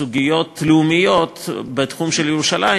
סוגיות לאומיות בתחום של ירושלים,